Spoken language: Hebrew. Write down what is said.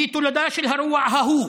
היא תולדה של הרוע ההוא,